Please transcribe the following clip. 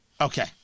Okay